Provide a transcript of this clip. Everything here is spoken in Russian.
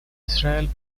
израиль